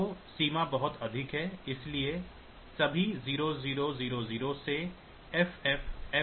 तो सीमा बहुत अधिक है अर्थात् सभी 0000 से FFFFh